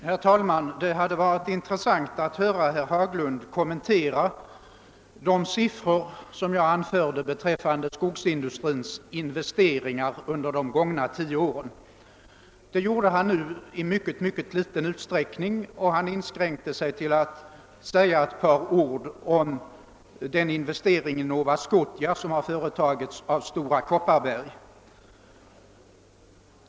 Herr talman! Det hade varit intressant att få höra herr Haglund närmare kommentera de siffror jag anförde beträffande skogsindustrins 'investeringar under de gångna tio åren. Han gjorde nu detta i mycket liten utsträckning; han inskränkte sig till att säga ett par ord om den investering i Nova Scotia som företagits av Stora Kopparberg.